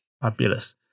Fabulous